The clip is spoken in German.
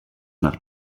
nach